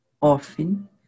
often